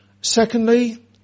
Secondly